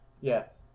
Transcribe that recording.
Yes